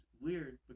weird